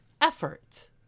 effort